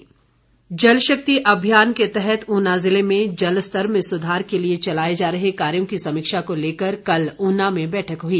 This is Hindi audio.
जल शक्ति अभियान जल शक्ति अभियान के तहत उना जिले में जल स्तर में सुधार के लिए चलाए जा रहे कार्यो की समीक्षा को लेकर कल उना में बैठक हुई